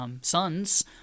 sons